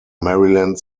maryland